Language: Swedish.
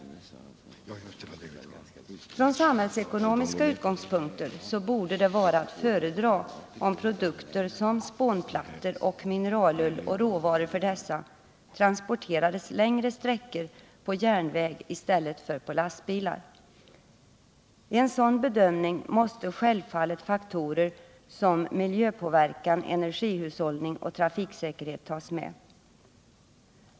Från samhällsekonomiska utgångspunkter borde det vara att föredra om produkter som spånplattor och mineralull samt råvaror för dessa transporte rades längre sträckor på järnväg i stället för på lastbilar. I en sådan bedömning måste självfallet faktorer som miljöpåverkan, energihushållning och trafiksäkerhet tas med.